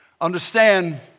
Understand